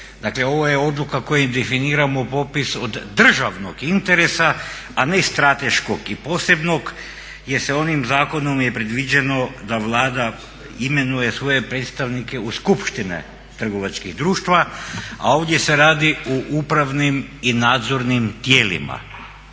Dakle ovo je odluka kojom definiramo popis od državnog interesa, a ne strateškog i posebnog jer sa onim zakonom je predviđeno da Vlada imenuje svoje predstavnike u skupštine trgovačkih društava, a ovdje se radi o upravnim i nadzornim tijelima.